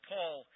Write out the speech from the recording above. Paul